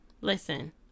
Listen